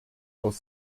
aus